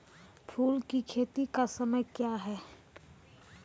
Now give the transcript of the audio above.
फुल की खेती का समय क्या हैं?